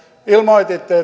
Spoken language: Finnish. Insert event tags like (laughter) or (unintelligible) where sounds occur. ilmoititte (unintelligible)